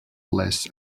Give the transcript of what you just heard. less